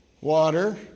Water